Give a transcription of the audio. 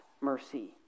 mercy